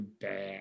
bad